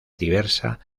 diversa